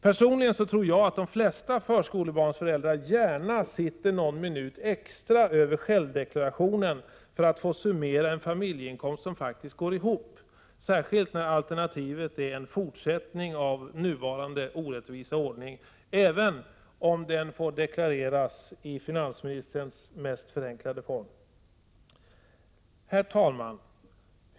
Personligen tror jag de flesta förskolebarnsföräldrar gärna sitter någon minut extra över självdeklarationen för att få summera en familjeinkomst som faktiskt går ihop, särskilt när alternativet är en fortsättning av nuvarande orättvisa ordning, även om den får deklareras i finansministerns mest förenklade form. Herr talman!